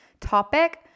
topic